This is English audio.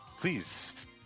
please